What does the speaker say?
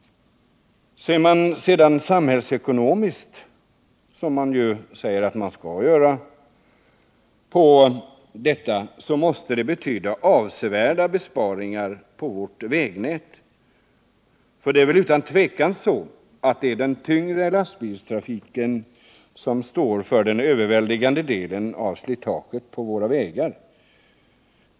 Ser vi sedan samhällsekonomiskt — som man säger att man skall göra — på detta, finner vi att det måste betyda avsevärda besparingar på vårt vägnät. För det är utan tvivel så att den tyngre lastbilstrafiken står för den överväldigande delen av slitaget på vägarna.